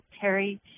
Terry